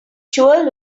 sure